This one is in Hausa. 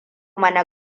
mana